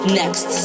next